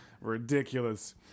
Ridiculous